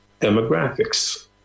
demographics